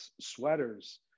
sweaters